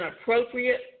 appropriate